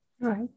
Right